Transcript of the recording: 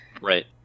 Right